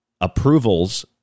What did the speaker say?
approvals